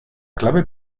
clave